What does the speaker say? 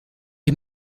you